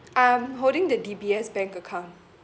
I'm holding the D_B_S bank account